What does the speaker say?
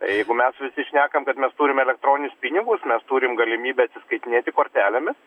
jeigu mes visi šnekam kad mes turim elektroninius pinigus mes turim galimybę atsiskaitinėti kortelėmis